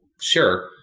Sure